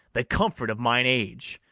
the comfort of mine age,